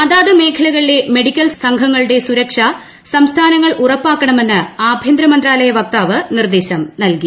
അതാത് മേഖലകളിലെ മെഡിക്കൽ സംഘങ്ങളുടെ സുരക്ഷ സംസ്ഥാനങ്ങൾ ഉറപ്പാക്കണമെന്ന് ആഭ്യന്തരമന്ത്രാലയ വക്താവ് നിർദ്ദേശം നൽകി